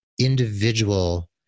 individual